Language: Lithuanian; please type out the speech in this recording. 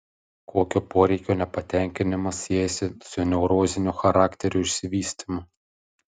kokio poreikio nepatenkinimas siejasi su neurozinio charakterio išsivystymu